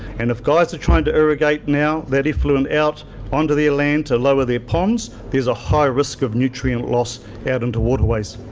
and if guys are trying to irrigate now that effluent out onto their land to lower their ponds, there's a high risk of nutrient loss out into waterways.